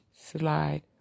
slide